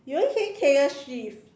you only say Taylor Swift